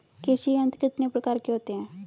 कृषि यंत्र कितने प्रकार के होते हैं?